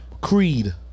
Creed